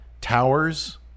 towers